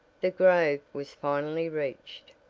the grove was finally reached,